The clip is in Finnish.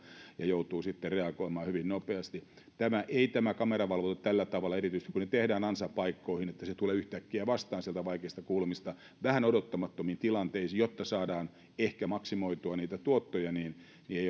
ja joutuu sitten reagoimaan hyvin nopeasti tämä kameravalvonta erityisesti tällä tavalla että ne tehdään ansapaikkoihin että se tulee yhtäkkiä vastaan sieltä vaikeista kulmista vähän odottamattomiin tilanteisiin jotta saadaan ehkä maksimoitua niitä tuottoja ei ole